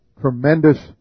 tremendous